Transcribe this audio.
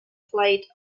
played